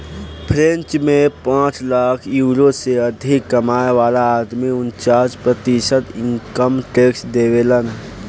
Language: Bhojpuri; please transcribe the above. फ्रेंच में पांच लाख यूरो से अधिक कमाए वाला आदमी उनन्चास प्रतिशत इनकम टैक्स देबेलन